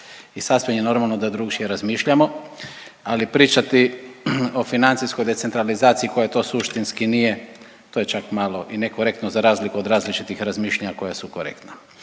i sasvim je normalno da drukčije razmišljamo, ali pričati o financijskoj decentralizaciji koja to suštini nije to je čak malo i nekorektno za razliku od različitih razmišljanja koja su korektna.